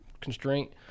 constraint